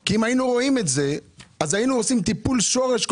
כי אם היינו רואים את זה היינו עושים טיפול שורש,